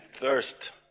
thirst